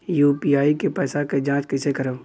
UPI के पैसा क जांच कइसे करब?